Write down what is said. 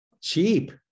Cheap